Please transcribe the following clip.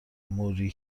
موری